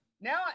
Now